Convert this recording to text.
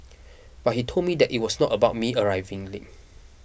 but he told me that it was not about me arriving